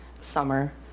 summer